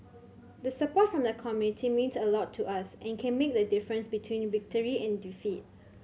the support from the community means a lot to us and can make the difference between victory and defeat